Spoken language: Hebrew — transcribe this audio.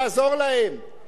תושיט להם יד,